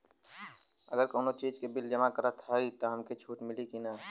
अगर कउनो चीज़ के बिल जमा करत हई तब हमके छूट मिली कि ना?